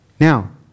Now